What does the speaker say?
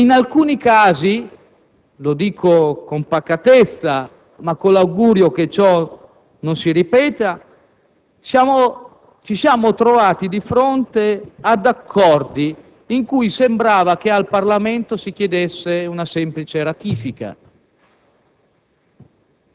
e, in alcuni casi - lo dico con pacatezza, ma con l'augurio che ciò non si ripeta - ci siamo trovati di fronte ad accordi in cui sembrava che al Parlamento si chiedesse una semplice ratifica.